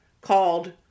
called